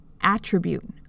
attribute